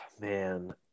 Man